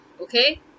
okay